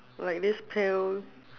like this pale